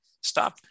stop